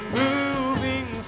moving